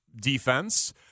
defense